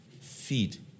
Feed